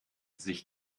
sich